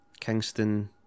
Kingston